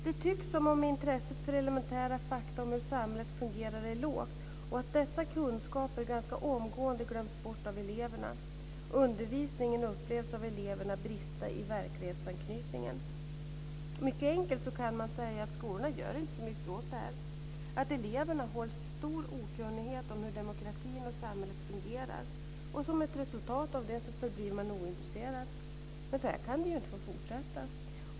Det tycks som om intresset för elementära fakta om hur samhället fungerar är lågt och att dessa kunskaper ganska omgående glöms bort av eleverna. Undervisningen upplevs av eleverna brista i verklighetsanknytningen. Mycket enkelt kan man säga att skolan inte gör så mycket åt det här. Eleverna hålls i stor okunnighet om hur demokratin och samhället fungerar och som ett resultat av det förblir man ointresserad. Men så här kan det ju inte få fortsätta.